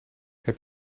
heb